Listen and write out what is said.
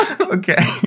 Okay